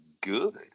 Good